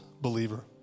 believer